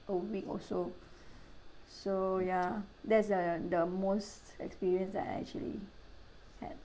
a week or so so ya that's the the most experience I actually had